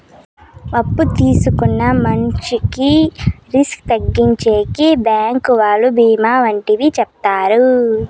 అప్పు తీసుకున్న మంచికి రిస్క్ తగ్గించేకి బ్యాంకు వాళ్ళు బీమా వంటివి చేత్తారు